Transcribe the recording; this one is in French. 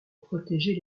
protéger